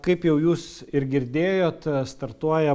kaip jau jūs ir girdėjot startuoja